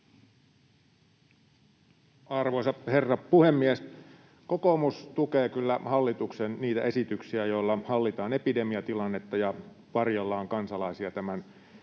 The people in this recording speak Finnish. Arvoisa herra puhemies! Kokoomus tukee kyllä niitä hallituksen esityksiä, joilla hallitaan epidemiatilannetta ja varjellaan kansalaisia tämän viheliäisen